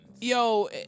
yo